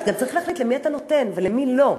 כי אתה גם צריך להחליט למי אתה נותן ולמי לא.